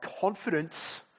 confidence